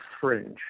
fringe